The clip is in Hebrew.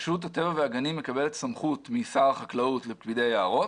רשות הטבע והגנים מקבלת סמכות משר החקלאות לפקידי יערות.